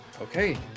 Okay